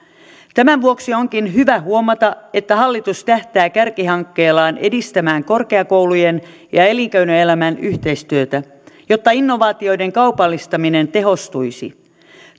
tämän vuoksi onkin hyvä huomata että hallitus tähtää kärkihankkeillaan edistämään korkeakoulujen ja elinkeinoelämän yhteistyötä jotta innovaatioiden kaupallistaminen tehostuisi